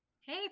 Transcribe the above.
Hey